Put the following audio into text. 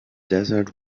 desert